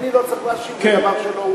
ואדוני לא צריך להשיב על דבר שלא,